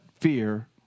fear